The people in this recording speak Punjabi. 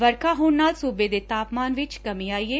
ਵਰਖਾ ਹੋਣ ਨਾਲ ਸੁਬੇ ਦੇ ਤਾਪਮਾਨ ਵਿਚ ਕਮੀ ਆਈ ਏ